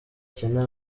cyenda